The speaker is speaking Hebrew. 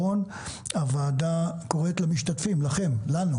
הוועדה קוראת למשתתפים לכם, לנו